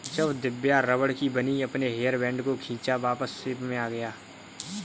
जब दिव्या रबड़ की बनी अपने हेयर बैंड को खींचा वापस शेप में आ गया